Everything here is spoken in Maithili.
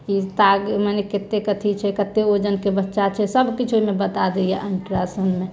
कि ताग मने कते अथि छै कते वजन के बच्चा छै सभकिछु ओहिमे बता दैया अल्टारासाउण्ड मे